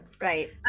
right